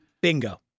Bingo